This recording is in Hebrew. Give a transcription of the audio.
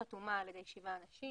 חתומה על ידי שבעה אנשים,